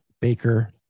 Baker